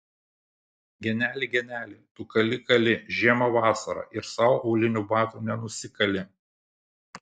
geneli geneli tu kali kali žiemą vasarą ir sau aulinių batų nenusikali